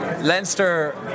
Leinster